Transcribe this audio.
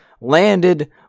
landed